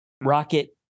Rocket